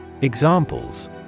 Examples